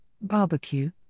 Barbecue –